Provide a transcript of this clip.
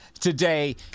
today